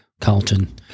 Carlton